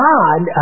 God